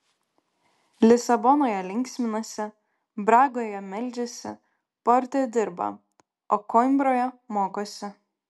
lisabonoje linksminasi bragoje meldžiasi porte dirba o koimbroje mokosi